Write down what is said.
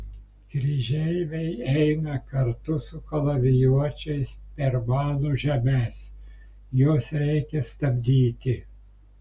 kryžeiviai eina kartu su kalavijuočiais per mano žemes juos reikia stabdyti